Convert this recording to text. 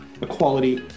equality